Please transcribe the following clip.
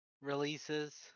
releases